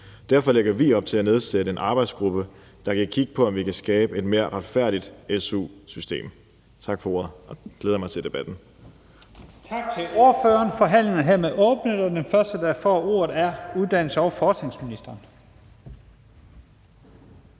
Derfor lægger vi op til at nedsætte en arbejdsgruppe, der kan kigge på, om vi kan skabe et mere retfærdigt su-system. Tak for ordet. Jeg glæder mig til debatten.